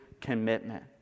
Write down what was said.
commitment